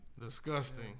Disgusting